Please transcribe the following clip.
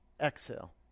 exhale